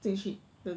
进去 the